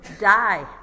die